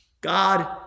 God